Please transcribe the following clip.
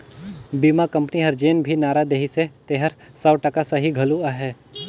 बीमा कंपनी हर जेन भी नारा देहिसे तेहर सौ टका सही घलो अहे